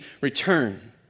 return